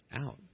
out